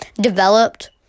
developed